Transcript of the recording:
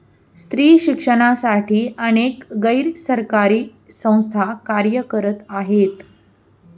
स्त्री शिक्षणासाठी अनेक गैर सरकारी संस्था कार्य करत आहेत